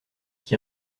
qui